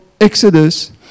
Exodus